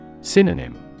Synonym